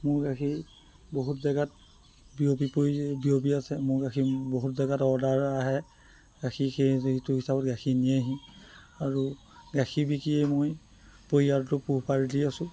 মোৰ গাখীৰ বহুত জেগাত বিয়পি পৰিছে বিয়পি আছে মোৰ গাখীৰ বহুত জেগাত অৰ্ডাৰ আহে গাখীৰ সেই সেইটো হিচাপত গাখীৰ নিয়েহি আৰু গাখীৰ বিকিয়ে মই পৰিয়ালটো পোহপাল দি আছোঁ